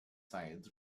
sides